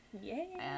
Yay